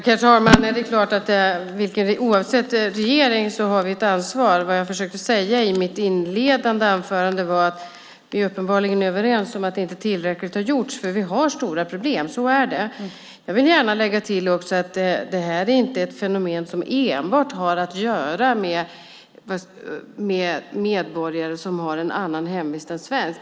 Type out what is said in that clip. Herr talman! Det är klart att oavsett regering har vi ett ansvar. Vad jag försökte säga i mitt inledande anförande var att vi uppenbarligen är överens om att inte tillräckligt har gjorts, för vi har stora problem. Så är det. Jag vill gärna lägga till att det här inte är ett fenomen som enbart har att göra med medborgare som har en annan hemvist än Sverige.